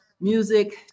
music